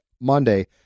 Monday